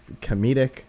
comedic